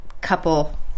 couple